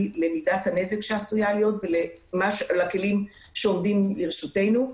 למידת הנזק שעשויה להיות ולכלים שעומדים לרשותנו.